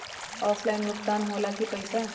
Offline भुगतान हो ला कि पईसा?